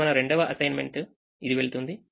ఇది మన రెండవ అసైన్మెంట్ ఇది వెళ్తుంది